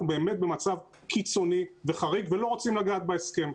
באמת במצב קיצוני וחריג ולא רוצים לגעת בהסכם.